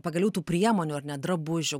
pagaliau tų priemonių ar ne drabužių